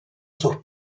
sus